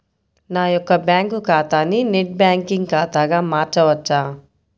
నా యొక్క బ్యాంకు ఖాతాని నెట్ బ్యాంకింగ్ ఖాతాగా మార్చవచ్చా?